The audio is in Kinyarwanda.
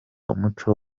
umuco